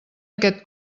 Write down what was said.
aquest